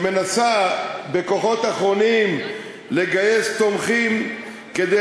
שמנסה בכוחות אחרונים לגייס תומכים כדי